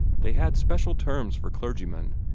they had special terms for clergymen,